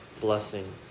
blessing